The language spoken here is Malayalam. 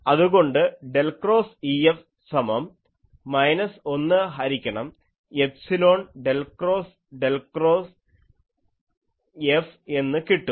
അതുകൊണ്ട് ഡെൽ ക്രോസ് EFസമം മൈനസ് 1 ഹരിക്കണം epsilon del cross del cross F എന്ന് കിട്ടും